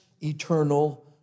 eternal